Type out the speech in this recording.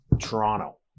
Toronto